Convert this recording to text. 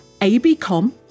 abcom